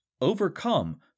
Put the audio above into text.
overcome